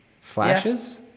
Flashes